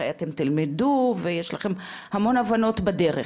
אתם תלמדו ויש להם המון הבנות בדרך,